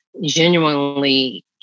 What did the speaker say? genuinely